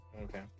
okay